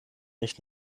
nicht